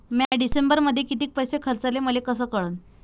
म्या डिसेंबरमध्ये कितीक पैसे खर्चले मले कस कळन?